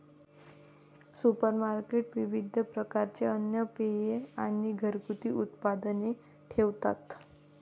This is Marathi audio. सुपरमार्केट विविध प्रकारचे अन्न, पेये आणि घरगुती उत्पादने ठेवतात